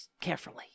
carefully